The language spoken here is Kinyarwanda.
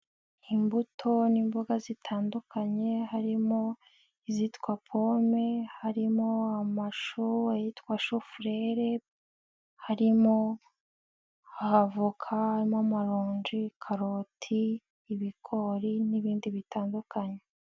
Imbuto n'imboga zitandukanye harimo: izitwa pome, harimo amashu, ayitwa Shufurere, harimo avoka, harimo amaronji, karoti, ibigori n'ibindi bitandukanye.